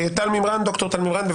ד"ר טל מימרן.